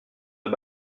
bas